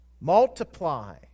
Multiply